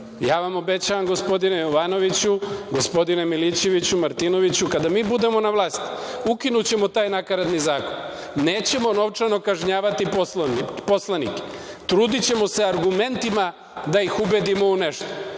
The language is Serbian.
vam obećavam, gospodine Jovanoviću, gospodine Milićeviću, Martinoviću kada mi budemo na vlasti ukinućemo taj nakaradni zakon. Nećemo novčano kažnjavati poslanike. Trudićemo se argumentima da ih ubedimo u nešto.